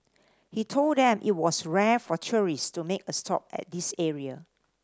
he told them it was rare for tourists to make a stop at this area